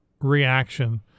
reaction